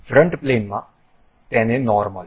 front પ્લેનમાં તેને normal